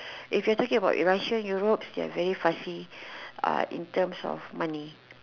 if we're talking about Russian Europeans they are very fussy uh in terms of money